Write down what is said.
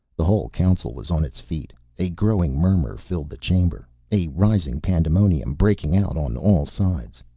the whole council was on its feet. a growing murmur filled the chamber, a rising pandemonium breaking out on all sides.